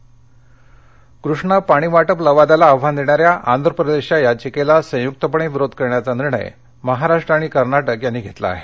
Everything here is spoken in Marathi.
पाणी कृष्णा पाणी वाटप लवादाला आव्हान देणाऱ्या आंध्रप्रदेशच्या याचिकेला संयुक्तपणे विरोध करण्याचा निर्णय महाराष्ट्र आणि कर्नाटक यांनी घेतला आहे